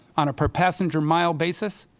on a per-passenger mile basis,